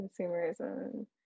consumerism